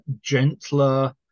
gentler